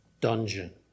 dungeon